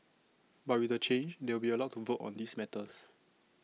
but with the change they will be allowed to vote on these matters